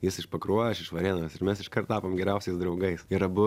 jis iš pakruojo aš iš varėnos ir mes iškart tapom geriausiais draugais ir abu